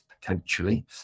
potentially